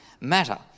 matter